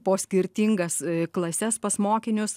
po skirtingas klases pas mokinius